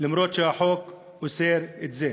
אף-על-פי שהחוק אוסר את זה?